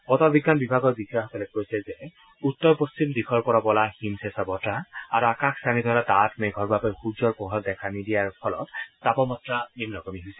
বতৰ বিজ্ঞান বিভাগৰ বিষয়াসকলে কৈছে যে উত্তৰ পশ্চিম দিশৰ পৰা বলা হিম চেঁচা বতাহ আৰু আকাশ ছানি ধৰা ডাঠ মেঘৰ বাবে সূৰ্যৰ পোহৰ দেখা নিদিয়াৰ বাবে তাপমাত্ৰা নিন্নগামী হৈছে